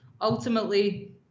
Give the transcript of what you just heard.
Ultimately